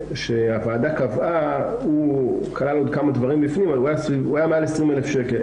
שהוועדה קבעה הוא כלל עוד כמה דברים בפנים היה מעל 20,000 שקל.